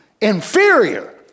inferior